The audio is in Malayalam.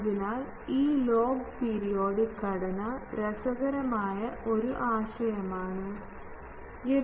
അതിനാൽ ഈ ലോഗ് പീരിയോഡിക് ഘടന രസകരമായ ഒരു ആശയം ആണ്